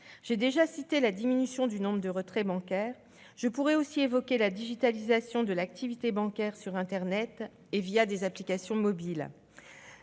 J'ai déjà évoqué la diminution du nombre des retraits bancaires. Je pourrais aussi parler de la digitalisation de l'activité bancaire sur internet et des applications mobiles.